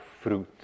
fruit